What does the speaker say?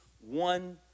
one